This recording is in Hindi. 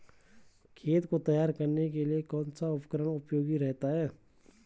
खेत को तैयार करने के लिए कौन सा उपकरण उपयोगी रहता है?